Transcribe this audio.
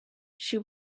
she